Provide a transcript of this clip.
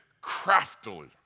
craftily